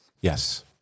Yes